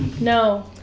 No